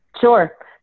Sure